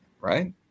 Right